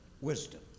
wisdom